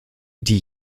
die